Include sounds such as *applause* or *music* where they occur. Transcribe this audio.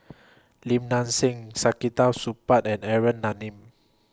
Lim Nang Seng *unintelligible* Supaat and Aaron *unintelligible*